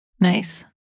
Nice